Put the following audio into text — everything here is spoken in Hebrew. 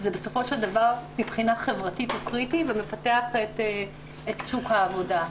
זה בסופו של דבר מבחינה חברתית קריטי ומפתח את שוק העבודה.